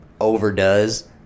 overdoes